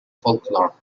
folklore